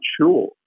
sure